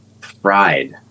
fried